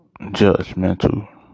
judgmental